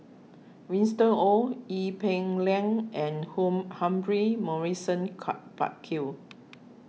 Winston Oh Ee Peng Liang and Hong Humphrey Morrison car Burkill